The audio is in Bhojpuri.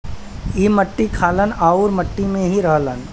ई मट्टी खालन आउर मट्टी में ही रहलन